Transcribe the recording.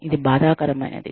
ఇది బాధాకరమైనది